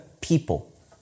people